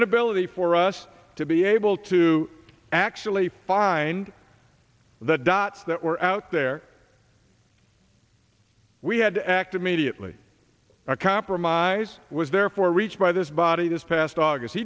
inability for us to be able to actually find the dots that were out there we had to act immediately a compromise was therefore reached by this body this past august